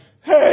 Hey